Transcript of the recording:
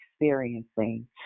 experiencing